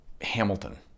Hamilton